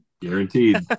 Guaranteed